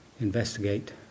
investigate